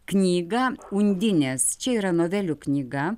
knygą undinės čia yra novelių knyga